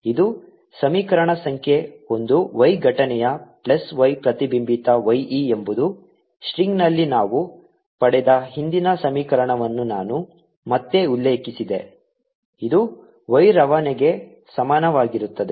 ಇದು ಸಮೀಕರಣ ಸಂಖ್ಯೆ ಒಂದು y ಘಟನೆಯ ಪ್ಲಸ್ y ಪ್ರತಿಬಿಂಬಿತ y e ಎಂಬುದು ಸ್ಟ್ರಿಂಗ್ನಲ್ಲಿ ನಾವು ಪಡೆದ ಹಿಂದಿನ ಸಮೀಕರಣವನ್ನು ನಾನು ಮತ್ತೆ ಉಲ್ಲೇಖಿಸಿದೆ ಇದು y ರವಾನೆಗೆ ಸಮಾನವಾಗಿರುತ್ತದೆ